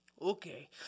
okay